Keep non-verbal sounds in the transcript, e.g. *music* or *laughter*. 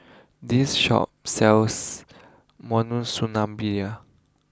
this Shop sells *unintelligible*